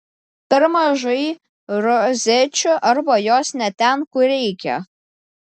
per mažai rozečių arba jos ne ten kur reikia